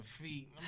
feet